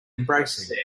embracing